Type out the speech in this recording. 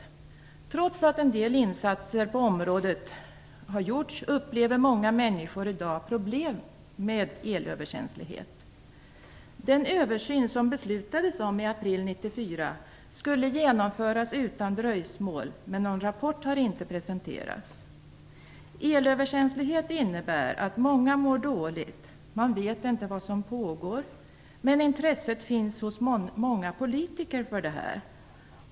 Trots att en del insatser på området har gjorts upplever många människor i dag problem med elöverkänslighet. Den översyn som beslutades om i april 1994 skulle genomföras utan dröjsmål, men någon rapport har inte presenterats. Elöverkänslighet innebär att många mår dåligt. Man vet inte vad som pågår. Men intresset för problemet finns hos många politiker.